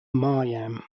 maryam